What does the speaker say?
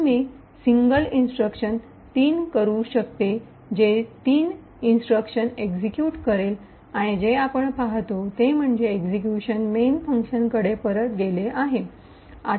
म्हणून मी single instruction करू शकते जे ३ इंस्ट्रक्शन एक्सिक्यूट करेल आणि जे आपण पाहतो ते म्हणजे एक्सिक्यूशन मेन फंक्शनकडे परत गेले आहे